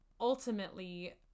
ultimately